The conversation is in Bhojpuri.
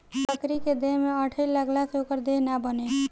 बकरी के देह में अठइ लगला से ओकर देह ना बने